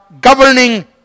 governing